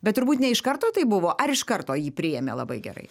bet turbūt ne iš karto tai buvo ar iš karto jį priėmė labai gerai